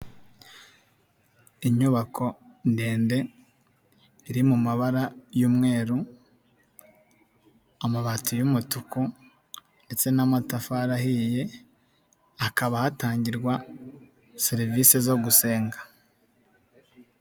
Inyubako ndende, iri mu mabara y'umweru, amabati y'umutuku ndetse n'amatafari ahiye, hakaba hatangirwa serivisi zo gusenga.